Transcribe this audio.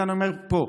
הינה, אני אומר פה: